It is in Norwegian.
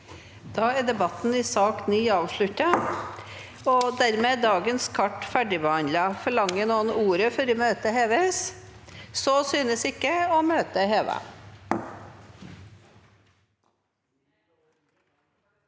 Da er debatten i sak nr. 9 av- sluttet. Dermed er dagens kart ferdigbehandlet. Forlanger noen ordet før møtet heves? – Møtet er hevet.